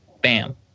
bam